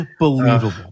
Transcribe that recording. unbelievable